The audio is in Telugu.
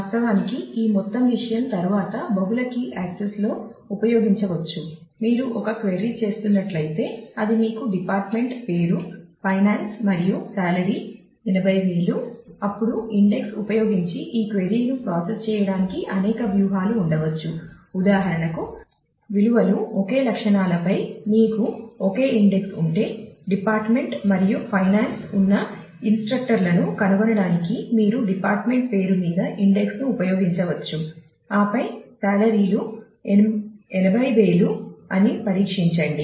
వాస్తవానికి ఈ మొత్తం విషయం తరువాత బహుళ కీ యాక్సెస్లో ఉపయోగించవచ్చు మీరు ఒక క్వెరీలను కనుగొని ఆపై డిపార్ట్మెంట్ పేరు ఫైనాన్స్ అని పరీక్షించండి